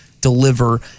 deliver